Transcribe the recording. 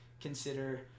consider